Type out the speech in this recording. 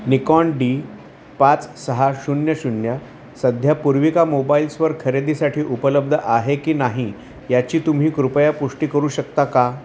Nikon D पाच सहा शून्य शून्य सध्या पूर्विका मोबाईल्सवर खरेदीसाठी उपलब्ध आहे की नाही याची तुम्ही कृपया पुष्टी करू शकता का